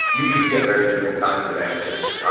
you do get very different kinds of answers.